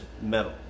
metal